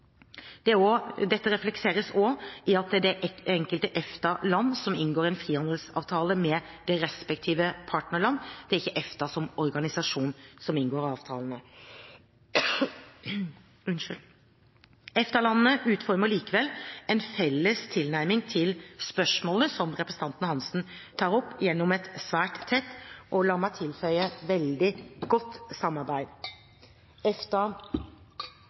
Dette er også reflektert i at hvert enkelt EFTA-land inngår en frihandelsavtale med det respektive partnerland – det er ikke EFTA som organisasjon som inngår avtalene. EFTA-landene utformer likevel en felles tilnærming til spørsmålene som representanten Hansen tar opp gjennom et svært tett, og la meg tilføye, veldig godt samarbeid.